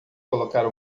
colocar